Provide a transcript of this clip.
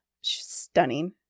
Stunning